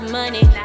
money